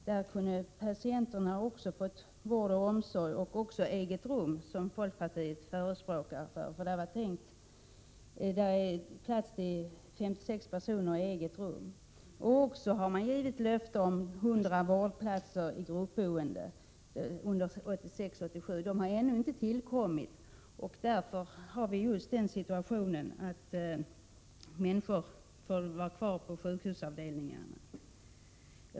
Där kunde patienter ha erbjudits vård och omsorg och också eget rum, som folkpartiet förespråkar. Där finns plats för 56 personer i eget rum. Man har också givit löfte om 100 vårdplatser i gruppboende under 1986/87. De har ännu inte tillkommit. Därför får människor vara kvar på sjukhusavdelningarna.